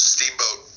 Steamboat